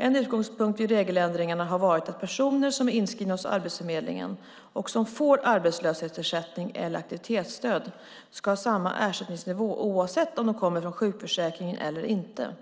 En utgångspunkt vid regeländringarna har varit att personer som är inskrivna hos Arbetsförmedlingen och som får arbetslöshetsersättning eller aktivitetsstöd ska ha samma ersättningsnivå oavsett om de kommer från sjukförsäkringen eller inte.